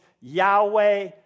Yahweh